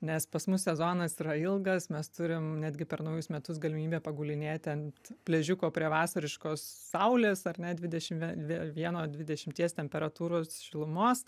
nes pas mus sezonas yra ilgas mes turim netgi per naujus metus galimybę pagulinėti ant pležiuko prie vasariškos saulės ar ne dvidešimt vie vieno dvidešimties temperatūros šilumos